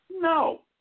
No